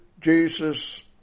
Jesus